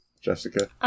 Jessica